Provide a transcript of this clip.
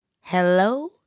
Hello